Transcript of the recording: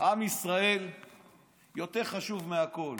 עם ישראל יותר חשוב מהכול.